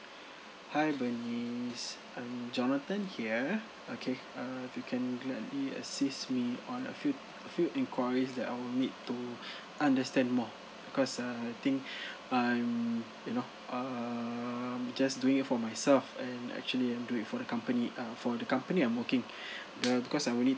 hi bernice I'm jonathan here okay err if you can gladly assist me on a few few enquiries that I will need to understand more because uh I think I'm you know um just doing it for myself and actually I'm doing it for the company uh for the company I'm working err because I will need